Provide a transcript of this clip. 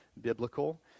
biblical